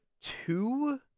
two